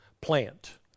plant